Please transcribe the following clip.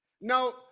Now